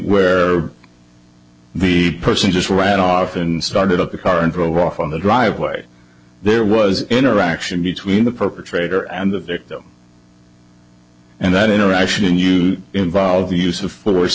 where the person just ran off and started up the car and drove off on the driveway there was interaction between the perpetrator and the victim and that interaction you involve use of force